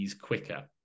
quicker